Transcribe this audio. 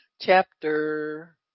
chapter